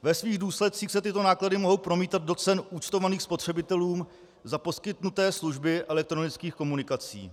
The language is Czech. Ve svých důsledcích se ty náklady mohou promítat do cen účtovaných spotřebitelům za poskytnuté služby elektronických komunikací.